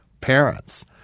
parents